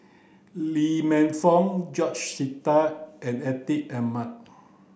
Lee Man Fong George Sita and Atin Amat